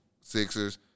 Sixers